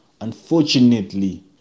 Unfortunately